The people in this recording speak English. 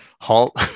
halt